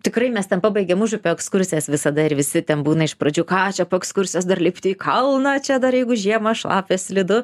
tikrai mes ten pabaigėm užupio ekskursijas visada ir visi ten būna iš pradžių ką čia po ekskursijos dar lipti kalną čia dar jeigu žiemą šlapia slidu